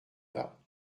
pas